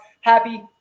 Happy